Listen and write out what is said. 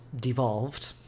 devolved